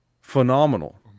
phenomenal